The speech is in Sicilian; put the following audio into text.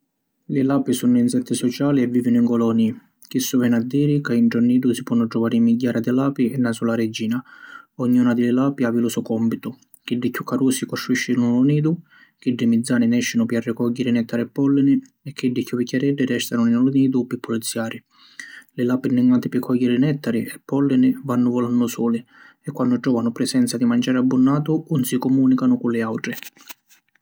Li lapi sunnu insetti sociali e vìvinu in colonî. Chissu veni a diri ca intra un nidu si ponnu truvari migghiara di lapi e na sula regina. Ogni una di li lapi havi lu so còmpitu: chiddi chiù carusi costruìscinu lu nidu, chiddi mizzani nèscinu pi arricògghiri nèttari e pòllini e chiddi chiù vicchiareddi rèstanu nni lu nidu pi puliziari. Li lapi ningati pi cògghiri nèttari e pòllini, vannu vulannu suli, e quannu tròvanu prisenza di manciari abbunnatu ‘un si comùnicanu cu li àutri. Li lapi ningati pi cògghiri nèttari e pòllini vannu vulannu suli, e quannu trovanu prisenza di manciari abbunnatu ‘un si comunicanu cu li autri.